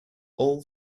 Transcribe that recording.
all